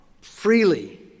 freely